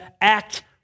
act